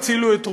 הצילו את רוסיה,